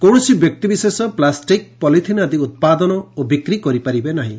କୌଶସି ବ୍ୟକ୍ତିବିଶେଷ plastic polythene ଆଦି ଉପାଦନ ଓ ବ୍ରିକି କରିପାରିବେ ନାହିଁ